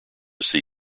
see